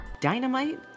Dynamite